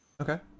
Okay